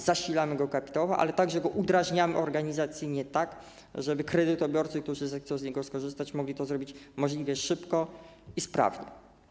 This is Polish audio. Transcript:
Zasilamy go kapitałowo, ale także udrażniamy go organizacyjnie tak, żeby kredytobiorcy, którzy zechcą z niego skorzystać, mogli to zrobić możliwie szybko i sprawnie.